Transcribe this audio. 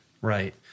Right